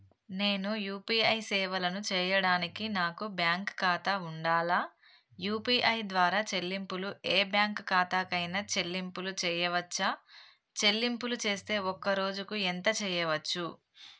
నేను యూ.పీ.ఐ సేవలను చేయడానికి నాకు బ్యాంక్ ఖాతా ఉండాలా? యూ.పీ.ఐ ద్వారా చెల్లింపులు ఏ బ్యాంక్ ఖాతా కైనా చెల్లింపులు చేయవచ్చా? చెల్లింపులు చేస్తే ఒక్క రోజుకు ఎంత చేయవచ్చు?